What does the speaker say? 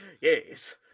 Yes